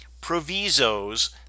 provisos